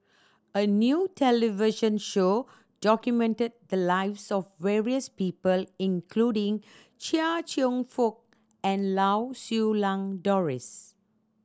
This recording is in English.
a new television show documented the lives of various people including Chia Cheong Fook and Lau Siew Lang Doris